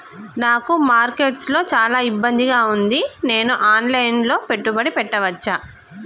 నాకు మార్కెట్స్ లో చాలా ఇబ్బందిగా ఉంది, నేను ఆన్ లైన్ లో పెట్టుబడులు పెట్టవచ్చా?